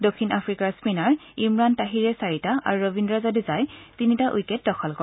দক্ষিণ আফ্ৰিকাৰ স্পীনাৰ ইমৰাণ তাহিৰে চাৰিটা আৰু ৰবীন্দ্ৰ জাদেজাই তিনিটা উইকেট দখল কৰে